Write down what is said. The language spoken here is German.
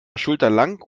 schulterlang